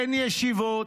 אין ישיבות,